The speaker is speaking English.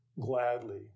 gladly